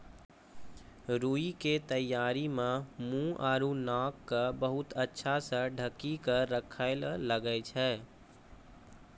रूई के तैयारी मं मुंह आरो नाक क बहुत अच्छा स ढंकी क राखै ल लागै छै